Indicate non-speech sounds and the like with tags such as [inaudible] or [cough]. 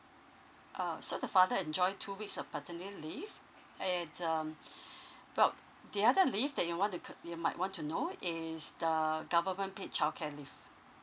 uh so the father enjoy two weeks of paternity leave and um [breath] well the other leave that you want to c~ you might want to know is the government paid childcare leave